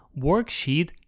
Worksheet